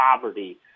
poverty